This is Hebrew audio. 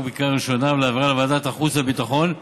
בקריאה ראשונה ולהעבירה לוועדת החוץ והביטחון,